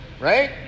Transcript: Right